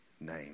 name